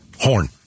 Horn